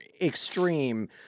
extreme